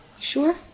sure